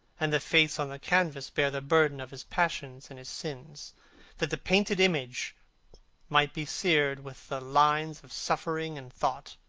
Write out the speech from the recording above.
and the face on the canvas bear the burden of his passions and his sins that the painted image might be seared with the lines of suffering and thought,